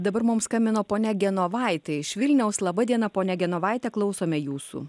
dabar mums skambino ponia genovaitė iš vilniaus laba diena ponia genovaite klausome jūsų